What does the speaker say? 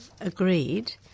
agreed